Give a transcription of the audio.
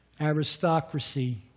aristocracy